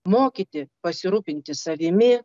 mokyti pasirūpinti savimi